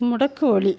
முடக்கு ஒலி